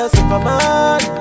Superman